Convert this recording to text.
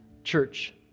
Church